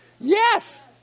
Yes